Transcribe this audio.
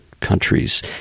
countries